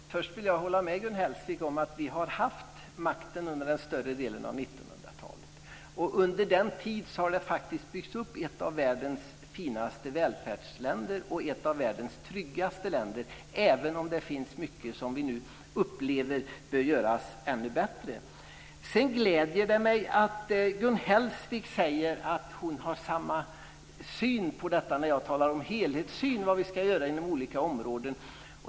Fru talman! Först vill jag hålla med Gun Hellsvik om att vi har haft makten under större delen av 1900 talet. Under den tiden har faktiskt ett av världens finaste och tryggaste välfärdsländer byggts upp, även om det finns mycket som vi nu upplever bör göras ännu bättre. Sedan gläder det mig att Gun Hellsvik säger att hon har samma syn som jag när jag talar om en helhetssyn på vad vi ska göra inom olika områden.